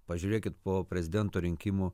pažiūrėkit po prezidento rinkimų